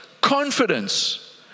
confidence